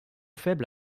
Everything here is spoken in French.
faible